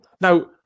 now